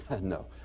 No